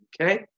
okay